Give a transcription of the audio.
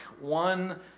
one